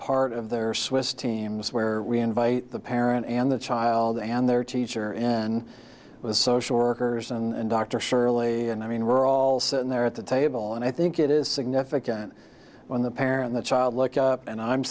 part of their swiss teams where we invite the parent and the child and their teacher and the social workers and dr shirley and i mean we're all sitting there at the table and i think it is significant when the parent the child look up and i'm